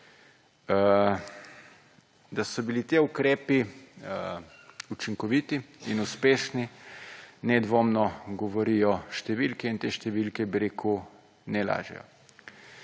Da so bili ti ukrepi učinkoviti in uspešni, nedvomno govorijo številke in te številke ne lažejo.